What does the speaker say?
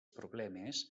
problemes